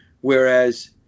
Whereas